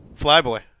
Flyboy